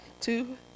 two